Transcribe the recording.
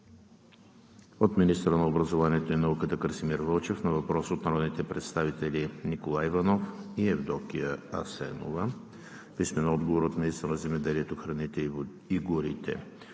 - министъра на образованието и науката Красимир Вълчев на въпрос от народните представители Николай Иванов и Евдокия Асенова; - министъра на земеделието, храните и горите